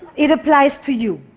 it applies to you.